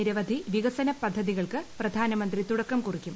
നിരവധി വികസന പദ്ധതികൾക്ക് പ്രധാനമന്ത്രി തുടക്കം കുറിക്കു